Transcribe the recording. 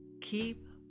Keep